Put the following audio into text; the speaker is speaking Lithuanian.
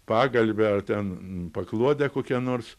pagalvę ar ten paklodę kokią nors